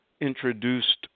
introduced